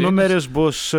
numeris bus